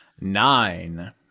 nine